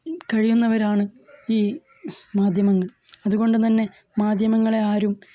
കഴിയുന്നവരാണ് ഈ മാധ്യമങ്ങൾ അതുകൊണ്ടു തന്നെ മാധ്യമങ്ങളെ ആരും